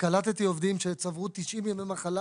וקלטתי עובדים שצברו 90 ימי מחלה